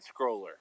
scroller